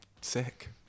Sick